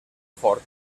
fort